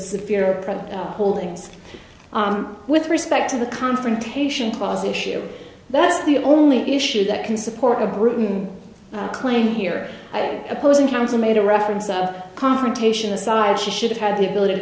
severe holdings with respect to the confrontation clause issue that's the only issue that can support a briton claim here opposing counsel made a reference of confrontation aside she should have had the ability to